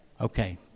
Okay